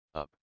up